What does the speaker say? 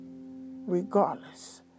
regardless